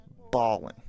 bawling